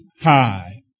high